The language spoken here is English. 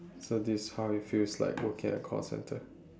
so this is how it feels like working at a call centre